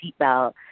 seatbelt